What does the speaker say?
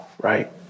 right